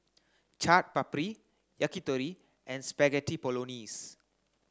Chaat Papri Yakitori and Spaghetti Bolognese